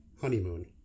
honeymoon